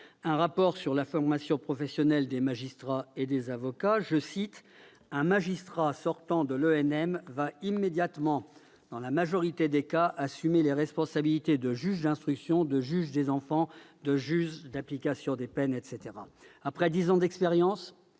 un rapport sur la formation professionnelle des magistrats et des avocats, « un magistrat sortant de l'ENM va immédiatement, dans la majorité des cas, assumer les responsabilités de juge d'instruction, de juge des enfants, de juge d'application des peines ...